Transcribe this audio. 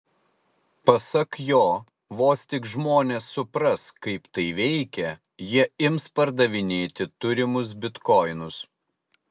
pasak jo vos tik žmonės supras kaip tai veikia jie ims pardavinėti turimus bitkoinus